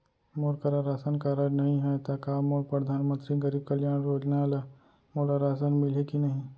मोर करा ration card नहीं है त का मोल परधानमंतरी गरीब कल्याण योजना ल मोला राशन मिलही कि नहीं?